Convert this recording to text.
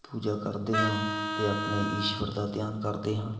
ਪੂਜਾ ਕਰਦੇ ਹਾਂ ਅਤੇ ਆਪਣੇ ਈਸ਼ਵਰ ਦਾ ਧਿਆਨ ਕਰਦੇ ਹਾਂ